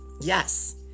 Yes